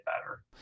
better